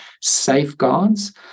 safeguards